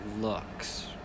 looks